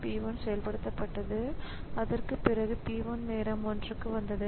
P 1 செயல்படுத்தப்பட்டது அதற்குப் பிறகு P 2 நேரம் 1 க்கு வந்தது